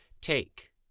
Take